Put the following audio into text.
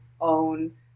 own